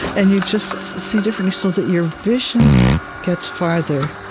and you just see differently. so that your vision gets farther,